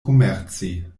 komerci